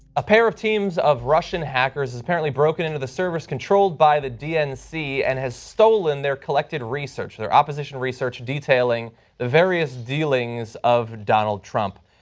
a pair of teams of russian hackers have apparently broken into the servers controlled by the dnc and has stolen their collected research. their opposition research detailing the various dealings of donald trump.